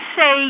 say